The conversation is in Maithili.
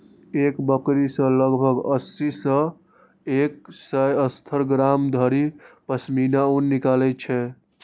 एक बकरी सं लगभग अस्सी सं एक सय सत्तर ग्राम धरि पश्मीना ऊन निकलै छै